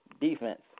Defense